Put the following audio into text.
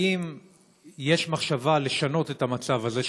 האם יש מחשבה לשנות את המצב הזה,